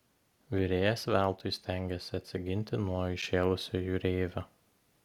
virėjas veltui stengėsi atsiginti nuo įšėlusio jūreivio